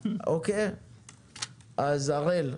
הראל,